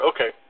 Okay